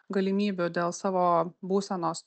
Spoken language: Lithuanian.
galimybių dėl savo būsenos